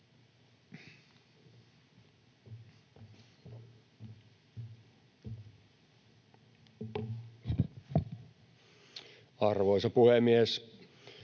Arvoisa puhemies!